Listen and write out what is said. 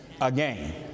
again